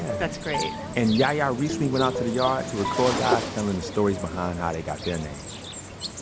that's great and yahya recently went out to the yard to record guys telling the stories behind how they got their names.